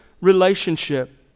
relationship